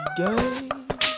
game